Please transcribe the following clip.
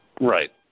Right